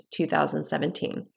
2017